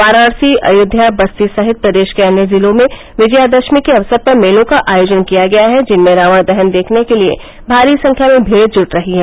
वाराणसी अयोध्या बस्ती सहित प्रदेश के अन्य जिलों में विजयादशनी के अवसर पर मेलों का आयोजन किया गया है जिनमें रावण दहन देखने के लिये भारी संख्या में भीड़ जुट रही है